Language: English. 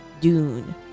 Dune